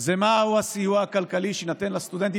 זה מהו הסיוע הכלכלי שיינתן לסטודנטים.